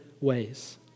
ways